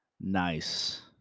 nice